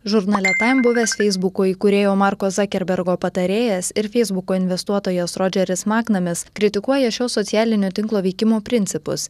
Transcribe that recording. žurnale time buvęs feisbuko įkūrėjo marko zakerbergo patarėjas ir feisbuko investuotojas rodžeris maknamis kritikuoja šio socialinio tinklo veikimo principus